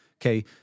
okay